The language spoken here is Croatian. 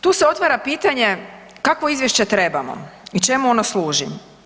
Tu se otvara pitanje kakvo izvješće trebamo i čemu ono služi?